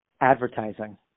advertising